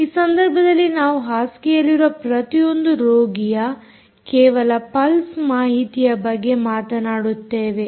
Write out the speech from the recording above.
ಈ ಸಂದರ್ಭದಲ್ಲಿ ನಾವು ಹಾಸಿಗೆಯಲ್ಲಿರುವ ಪ್ರತಿಯೊಂದು ರೋಗಿಯ ಕೇವಲ ಪಲ್ಸ್ ಮಾಹಿತಿಯ ಬಗ್ಗೆ ಮಾತನಾಡುತ್ತೇವೆ